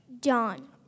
John